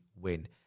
win